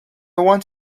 want